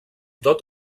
tot